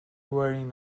wearing